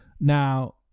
now